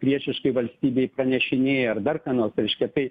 priešiškai valstybei pranešinėja ar dar ką nors reiškia tai